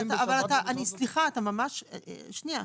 סליחה, אתה ממש, שנייה.